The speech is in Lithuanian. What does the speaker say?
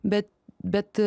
bet bet